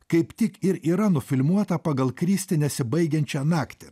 kaip tik ir yra nufilmuota pagal kristi nesibaigiančią naktį